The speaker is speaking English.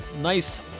nice